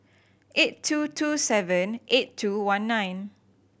eight two two seven eight two one nine